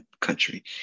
country